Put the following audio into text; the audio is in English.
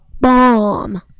bomb